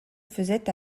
faisait